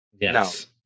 yes